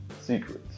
secrets